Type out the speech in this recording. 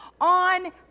on